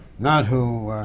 not who